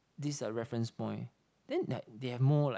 this uh reference point then like they have more like